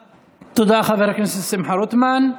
תודה, חבר הכנסת שמחה רוטמן.